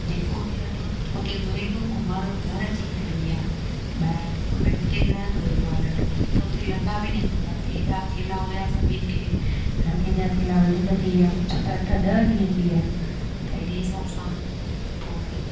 जेको बि लटो हुते धुईंदो उहो मर घरु अची कढिबी आहे ॿाहिरि भई उते न धुइबो आहे लटो त हुते लटा बि न धोतासीं हेॾा थेला हुआ सभिनि खे हर कंहिंजा थेला वधीक थी विया छो त अठ ॾह ॾींहं थी विया त इन हिसाब सां पोइ वरी